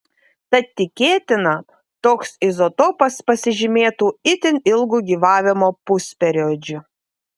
tad tikėtina toks izotopas pasižymėtų itin ilgu gyvavimo pusperiodžiu